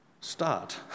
start